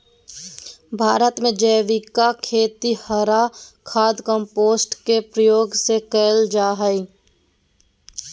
भारत में जैविक खेती हरा खाद, कंपोस्ट के प्रयोग से कैल जा हई